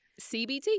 CBT